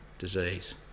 disease